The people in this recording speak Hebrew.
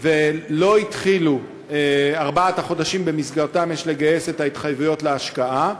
ולא התחילו ארבעת החודשים שבמסגרתם יש לגייס את ההתחייבויות להשקעה,